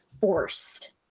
forced